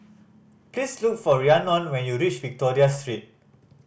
please look for Rhiannon when you reach Victoria Street